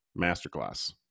masterclass